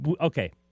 Okay